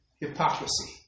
hypocrisy